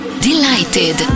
Delighted